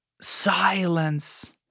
silence